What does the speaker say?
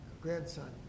grandson